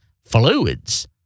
fluids